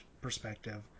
perspective